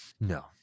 No